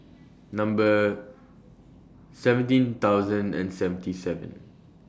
Number seventeen thousand and seventy seven